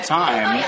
time